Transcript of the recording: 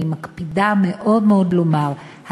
אני מקפידה מאוד מאוד לומר,